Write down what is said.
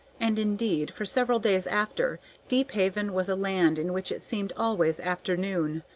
and indeed for several days after deephaven was a land in which it seemed always afternoon,